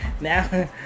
Now